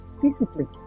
Discipline